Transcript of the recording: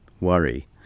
worry